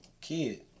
kid